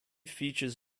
features